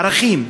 ערכים,